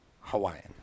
Hawaiian